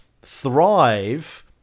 Thrive